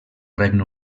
regne